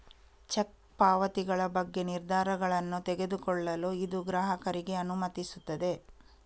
check ಪಾವತಿಗಳ ಬಗ್ಗೆ ನಿರ್ಧಾರಗಳನ್ನು ತೆಗೆದುಕೊಳ್ಳಲು ಇದು ಗ್ರಾಹಕರಿಗೆ ಅನುಮತಿಸುತ್ತದೆ